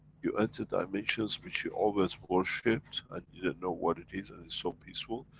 you enter dimensions which you always worshiped and didn't know what it is and is so peaceful.